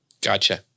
Gotcha